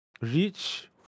Reach